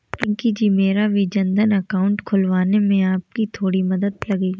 पिंकी जी मेरा भी जनधन अकाउंट खुलवाने में आपकी थोड़ी मदद लगेगी